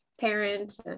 parent